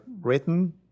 written